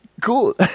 cool